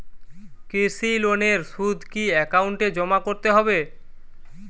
কৃষি লোনের সুদ কি একাউন্টে জমা করতে হবে?